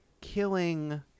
killing